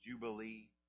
Jubilee